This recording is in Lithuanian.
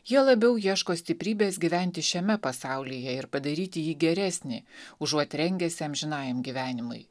jie labiau ieško stiprybės gyventi šiame pasaulyje ir padaryti jį geresnį užuot rengęsi amžinajam gyvenimui